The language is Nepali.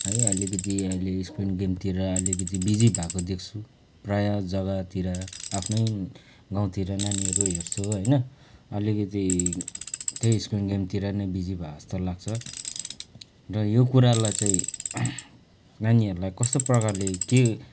है अलिकति अहिले स्क्रिन गेमतिर अलिकति बिजी भएको देख्छु प्रायः जग्गातिर आफ्नै गाउँतिर नानीहरू हेर्छु होइन अलिकति त्यही स्क्रिन गेमतिर नै बिजी भएको जस्तो लाग्छ र यो कुरालाई चाहिँ नानीहरूलाई कस्तो प्रकारले के